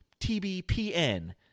TBPN